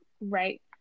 right